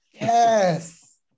Yes